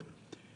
זאת שאלה במקום,